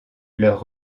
leur